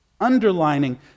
underlining